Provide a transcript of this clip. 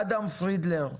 אדם פרידלר.